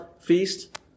feast